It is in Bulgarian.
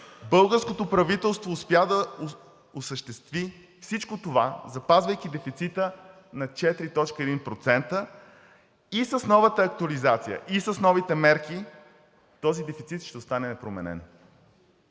българското правителство успя да осъществи всичко това, запазвайки дефицита на 4,1%, и с новата актуализация, и с новите мерки този дефицит ще остане непроменен.